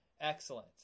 excellent